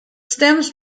stems